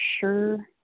sure